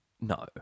No